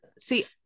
see